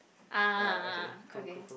ah ah ah okay